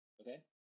Okay